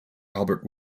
albert